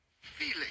feeling